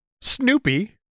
Snoopy